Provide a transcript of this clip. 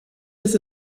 bis